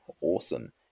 awesome